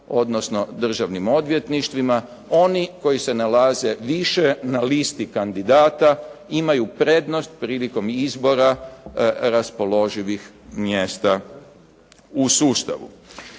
odnosno državnim odvjetništvima. Oni koji se nalaze više na listi kandidata imaju prednost prilikom izbora raspoloživih mjesta u sustavu.